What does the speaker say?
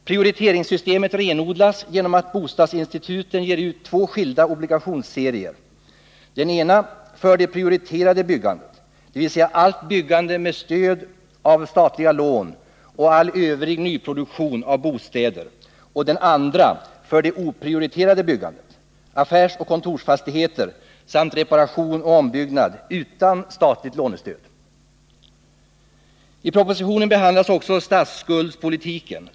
Prioriteringssystemet renodlas genom att bostadsinstituten ger ut två skilda obligationsserier, den ena för det prioriterade byggandet, dvs. allt byggande med stöd av statliga lån och all övrig nyproduktion av bostäder, och den andra för det oprioriterade byggandet, affärsoch kontorsfastigheter samt reparation och ombyggnad utan statligt lånestöd. I propositionen behandlas också statsskuldspolitiken.